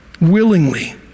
willingly